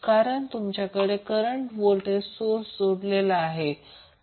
कारण तुमच्याकडे current voltage source जोडलेला आहे